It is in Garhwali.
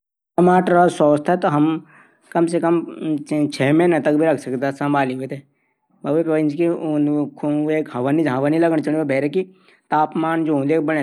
अलूंओ संग्रह कनू उथै अंधेरा वा ठंडी जगह रखण चैंद जैसे वा कई महीनो तक चल सकदा। और आलू थै सूखे वा। हवादार स्थान पर रखण पर भी